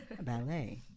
Ballet